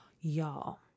y'all